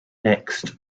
next